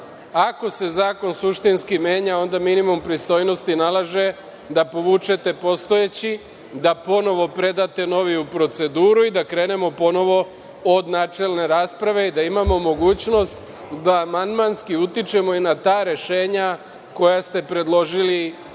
Ako se zakon suštinski menja, onda minimum pristojnosti nalaže da povučete postojeći, da ponovo predate noviju proceduru i da krenemo ponovo od načelne rasprave, da imamo mogućnost da amandmanski utičemo i na ta rešenja koja ste predložili vi